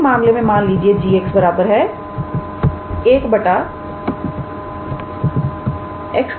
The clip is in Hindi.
अब इस मामले में मान लीजिए 𝑔𝑥 1 𝑥 1−𝑛 है